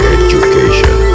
education